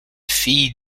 fille